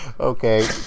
Okay